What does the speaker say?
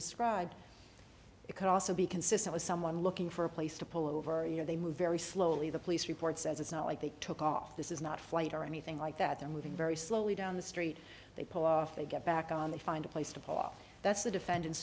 described it could also be consistent with someone looking for a place to pull over a year they move very slowly the police report says it's not like they took off this is not flight or anything like that they're moving very slowly down the street they pull off they get back on they find a place to pull off that's the defendant